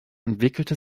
entwickelte